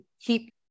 keep